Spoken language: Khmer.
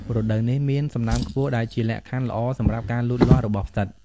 រដូវនេះមានសំណើមខ្ពស់ ដែលជាលក្ខខណ្ឌល្អសម្រាប់ការលូតលាស់របស់ផ្សិត។